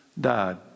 died